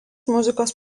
muzikos